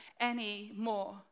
anymore